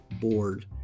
board